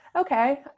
Okay